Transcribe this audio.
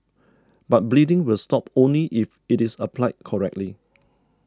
but bleeding will stop only if it is applied correctly